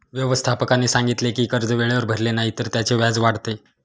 व्यवस्थापकाने सांगितले की कर्ज वेळेवर भरले नाही तर त्याचे व्याज वाढते